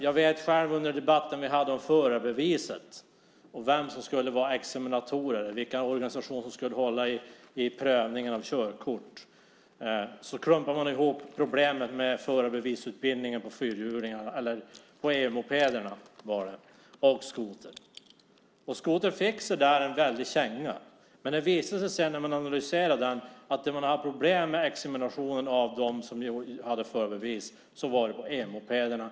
Jag kommer ihåg debatten som vi hade om förarbeviset och vilka som skulle vara examinatorer, vilka organisationer som skulle hålla i körkortsprövningen, där man klumpade ihop förarbevisutbildningarna på EU-moped och skoter. Skotern fick sig där en väldig känga. Men det visade sig sedan när man analyserade det hela att om man hade problem med examinationen för förarbevis så var det när det gällde EU-mopederna.